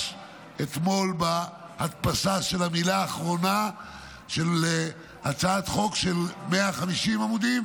אתמול בהדפסה של המילה האחרונה של הצעת חוק של 150 עמודים,